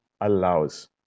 allows